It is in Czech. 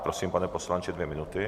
Prosím, pane poslanče, dvě minuty.